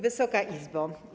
Wysoka Izbo!